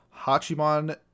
Hachiman